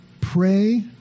Pray